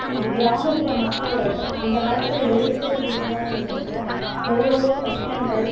இன்றைக்கி கிராமப்புற மக்கள்கள்கள் அந்த காலத்தில் எழுத்தறிவு இல்லாததுனால் எவ்வளவோ கஷ்டங்கள்